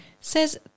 says